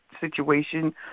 situation